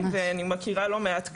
ואני מכירה לא מעט כאלה.